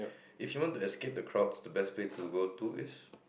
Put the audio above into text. if you want to escape the crowd the best place to go to is